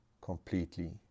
completely